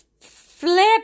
flip